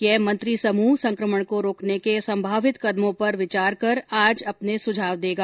यह मंत्री समूह संकमण को रोकने के संभावित कदमों पर विचार कर आज अपने सुझाव देगा